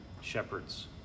shepherds